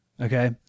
Okay